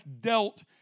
dealt